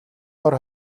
бор